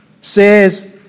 Says